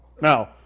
Now